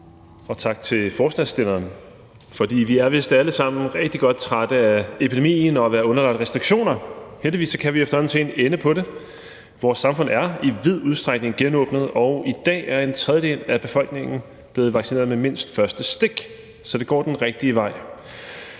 og tak til forslagsstillerne. Vi er vist alle sammen rigtig godt trætte af epidemien og af at være underlagt restriktioner. Heldigvis kan vi efterhånden se en ende på det: Vores samfund er i vid udstrækning genåbnet, og i dag er en tredjedel af befolkningen blevet vaccineret med mindst første stik. Så det går den rigtige vej.